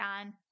on